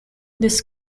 this